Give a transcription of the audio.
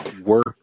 work